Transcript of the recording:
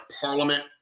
Parliament